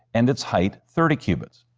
and its height thirty cubits.